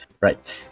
Right